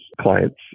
clients